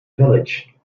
village